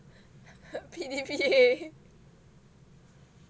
P_D_P_A